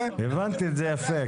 הבנתי את זה יפה.